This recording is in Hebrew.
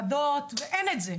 הטרדות והיום אין את זה.